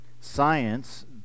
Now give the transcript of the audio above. science